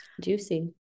Juicy